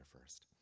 first